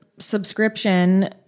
Subscription